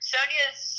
Sonia's